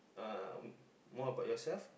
uh more about yourself